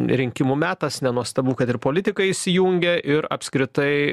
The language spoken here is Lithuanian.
rinkimų metas nenuostabu kad ir politikai įsijungia ir apskritai